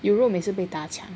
Europe 每次被打抢